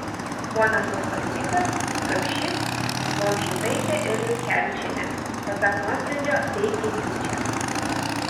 ponas uspaskichas gapšys vonžutaitė ir liutkevičienė pasak nuosprendžio veikė tyčia